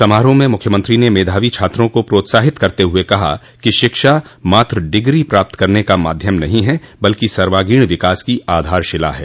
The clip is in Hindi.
समारोह में मुख्यमंत्री ने मेधावी छात्रों को प्रोत्साहित करते हुए कहा कि शिक्षा मात्र डिग्री प्राप्त करने का माध्यम नहीं है बल्कि सर्वागीण विकास की आधारशिला है